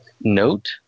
note